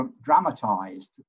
dramatised